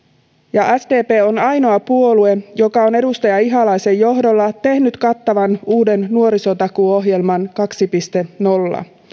ja sdp on ainoa puolue joka on edustaja ihalaisen johdolla tehnyt kattavan uuden nuorisotakuuohjelman kaksi piste nolla